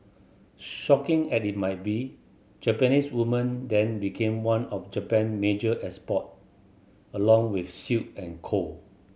shocking as it might be Japanese women then became one of Japan major export along with silk and coal